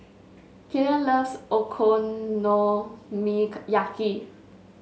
Killian loves Okonomiyaki